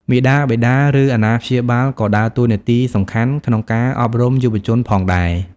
មាតាបិតាឬអាណាព្យាបាលក៏ដើរតួនាទីសំខាន់ក្នុងការអប់រំយុវជនផងដែរ។